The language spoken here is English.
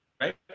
Right